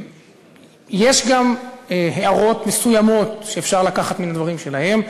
יש גם הערות מסוימות שאפשר לקחת מן הדברים שלהם,